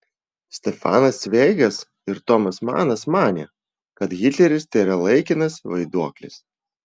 stefanas cveigas ir tomas manas manė kad hitleris tėra laikinas vaiduoklis